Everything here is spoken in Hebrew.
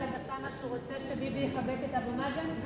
אלסאנע שהוא רוצה שביבי יחבק את אבו מאזן?